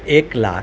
એક લાખ